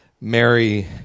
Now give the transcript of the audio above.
Mary